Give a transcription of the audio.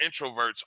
introverts